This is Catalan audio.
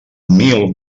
mil